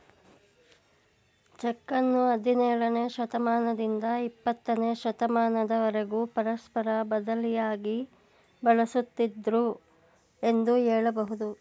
ಚೆಕ್ಕನ್ನು ಹದಿನೇಳನೇ ಶತಮಾನದಿಂದ ಇಪ್ಪತ್ತನೇ ಶತಮಾನದವರೆಗೂ ಪರಸ್ಪರ ಬದಲಿಯಾಗಿ ಬಳಸುತ್ತಿದ್ದುದೃ ಎಂದು ಹೇಳಬಹುದು